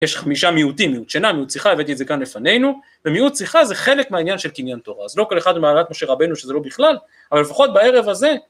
יש חמישה מיעוטים, מיעוט שינה, מיעוט שיחה, הבאתי את זה כאן לפנינו, ומיעוט שיחה זה חלק מהעניין של קניין תורה, אז לא כל אחד ממעלת משה רבנו שזה לא בכלל, אבל לפחות בערב הזה